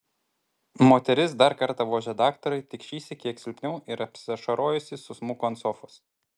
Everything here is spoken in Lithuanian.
moteris dar kartą vožė daktarui tik šįsyk kiek silpniau ir apsiašarojusi susmuko ant sofos